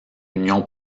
union